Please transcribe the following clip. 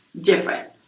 different